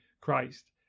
Christ